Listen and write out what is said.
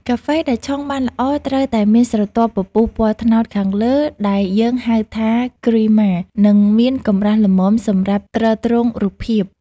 កាហ្វេដែលឆុងបានល្អត្រូវតែមានស្រទាប់ពពុះពណ៌ត្នោតខាងលើដែលយើងហៅថាគ្រីម៉ា និងមានកម្រាស់ល្មមសម្រាប់ទ្រទ្រង់រូបភាព។